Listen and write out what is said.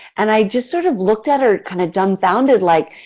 and i just sort of looked at her, kind of dumb-founded like,